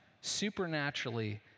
supernaturally